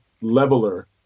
leveler